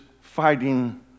fighting